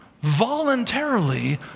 voluntarily